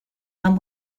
amb